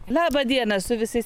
labą dieną su visais